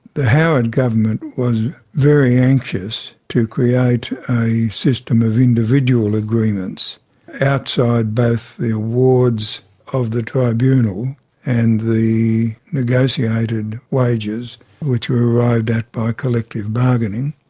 the howard government was very anxious to create a system of individual agreements outside both the awards of the tribunal and the negotiated wages which were arrived at by collective bargaining.